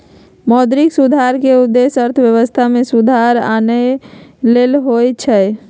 मौद्रिक सुधार के उद्देश्य अर्थव्यवस्था में सुधार आनन्नाइ होइ छइ